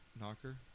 Knocker